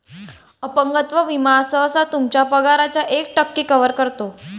अपंगत्व विमा सहसा तुमच्या पगाराच्या एक टक्के कव्हर करतो